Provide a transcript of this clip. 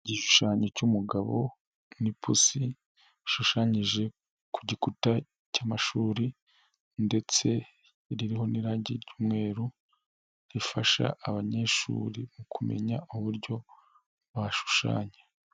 Igishushanyo cy'umugabo n'ipusi ishushanyije ku gikuta cy'amashuri ndetse iriho n'iragi ry'umweru, rifasha abanyeshuri mu kumenya uburyo bashushanya.